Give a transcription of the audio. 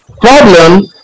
problem